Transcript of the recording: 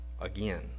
again